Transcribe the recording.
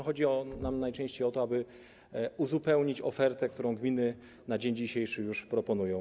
Chodzi nam najczęściej o to, aby uzupełnić ofertę, którą gminy na dzień dzisiejszy już proponują.